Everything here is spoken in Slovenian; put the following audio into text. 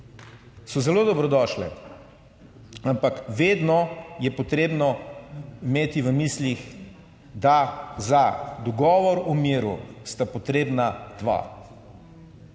so zelo dobrodošle, ampak vedno je potrebno imeti v mislih, da za dogovor o miru sta potrebna dva.